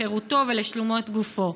לחירותו ולשלמות גופו.